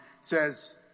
says